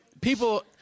people